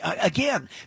again